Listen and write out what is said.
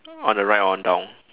on the right one down